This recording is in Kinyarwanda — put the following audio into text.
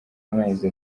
amezi